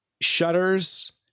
shudders